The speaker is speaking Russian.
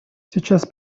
сейчас